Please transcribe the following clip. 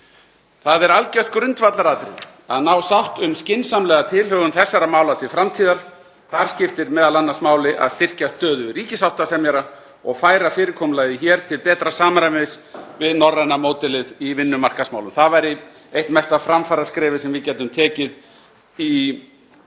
Það er algjört grundvallaratriði að ná sátt um skynsamlega tilhögun þessara mála til framtíðar. Þar skiptir m.a. máli að styrkja stöðu ríkissáttasemjara og færa fyrirkomulagið hér til betra samræmis við norræna módelið í vinnumarkaðsmálum. Það væri eitt mesta framfaraskref sem við gætum tekið í viðleitni okkar til